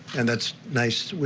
and that's nice.